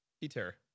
Peter